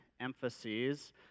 emphases